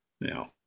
Now